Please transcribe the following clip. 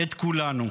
את כולנו.